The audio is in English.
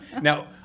Now